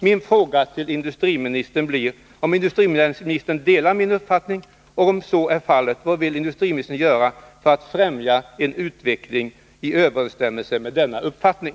Min fråga till industriministern blir, om industriministern delar min uppfattning och, om så är fallet, vad industriministern vill göra för att främja en utveckling i överensstämmelse med denna uppfattning.